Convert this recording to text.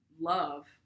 love